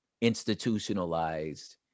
institutionalized